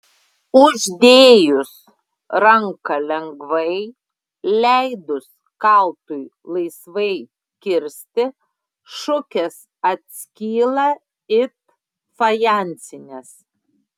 uždėjus ranką lengvai leidus kaltui laisvai kirsti šukės atskyla it fajansinės